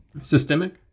systemic